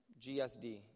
GSD